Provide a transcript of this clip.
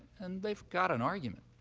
and they've got an argument.